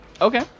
Okay